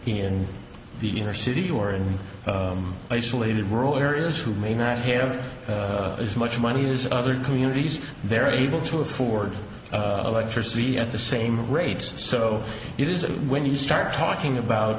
in the inner city or in isolated rural areas who may not have as much money is other communities they're able to afford electricity at the same rates so it is when you start talking about